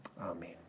Amen